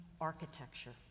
architecture